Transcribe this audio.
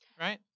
right